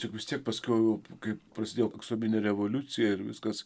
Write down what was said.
juk vis tiek paskiau kai prasidėjo aksominė revoliucija ir viskas